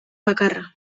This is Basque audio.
bakarra